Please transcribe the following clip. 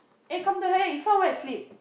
eh come to Ifan went to sleep